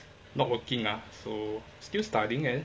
not working ah so still studying and